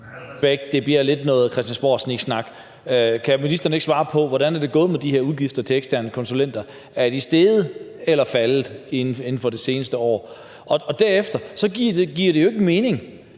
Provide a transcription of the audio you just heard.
Det bliver lidt noget christiansborgsniksnak. Kan ministeren ikke svare på, hvordan det er gået med de her udgifter til eksterne konsulenter? Er de steget eller faldet inden for det seneste år? Og dernæst giver det jo ikke mening,